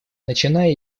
начиная